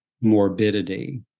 morbidity